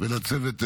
ולצוות בכלל.